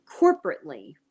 corporately